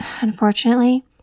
unfortunately